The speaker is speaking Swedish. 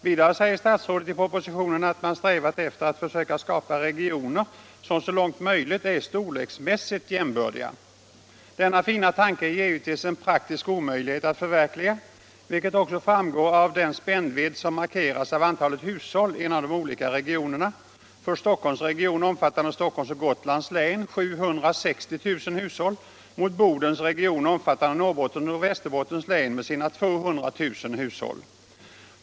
Vidare säger statsrådet i propositionen att man strävat efter att försöka skapa regioner som så långt möjligt är storleksmässigt jämbördiga. Denna fina tanke är givetvis en praktisk omöjlighet att förverkliga, vilket också framgår av den spännvidd som markeras av antalet hushåll inom de olika regionerna, för Stockholms region omfattande Stockholms län och och Gotlands län 760 000 hushåll mot Bodens region omfattande Norrbottens län och Västerbottens län 200 000 hushåll.